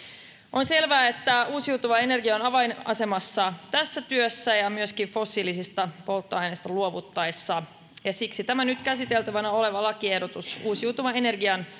on selvää että uusiutuva energia on avainasemassa tässä työssä ja myöskin fossiilisista polttoaineista luovuttaessa ja siksi tämä nyt käsiteltävänä oleva lakiehdotus uusiutuvan energian